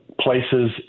Places